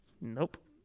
nope